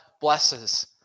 blesses